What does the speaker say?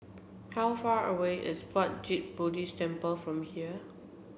how far away is Puat Jit Buddhist Temple from here